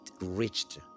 reached